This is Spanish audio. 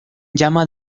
llama